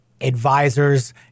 advisors